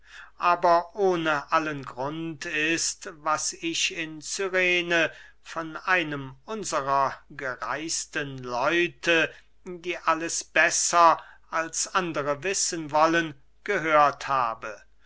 aber ohne allen grund ist was ich in cyrene von einem unsrer gereisten leute die alles besser als andre wissen wollen gehört habe